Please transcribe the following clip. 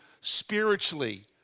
spiritually